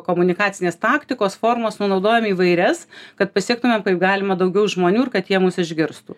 komunikacinės taktikos formos nu naudojam įvairias kad pasiektumėm kaip galima daugiau žmonių ir kad jie mus išgirstų